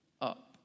up